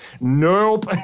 Nope